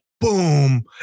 boom